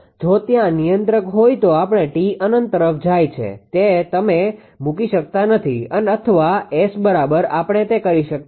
જો ત્યાં નિયંત્રક હોય તો આપણે t અનંત તરફ જાય છે તેમ મૂકી શકતા નથી અથવા S બરાબર આપણે તે કરી શકતા નથી